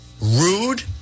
rude